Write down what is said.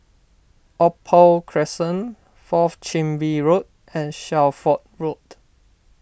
Opal Crescent Fourth Chin Bee Road and Shelford Road